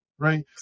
Right